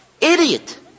Idiot